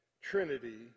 trinity